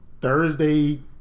Thursday